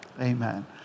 Amen